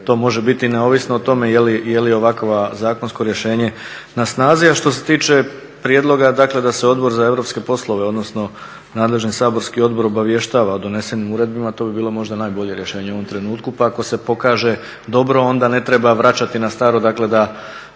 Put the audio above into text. To može biti neovisno o tome je li ovakvo zakonsko rješenje na snazi. A što se tiče prijedloga da se Odbor za europske poslove, odnosno nadležan saborski odbor obavještava o donesenim uredbama to bi bilo možda najbolje rješenje u ovom trenutku, pa ako se pokaže dobro onda ne treba vraćati na staro, dakle da